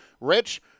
Rich